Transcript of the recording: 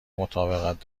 مطابقت